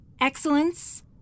excellence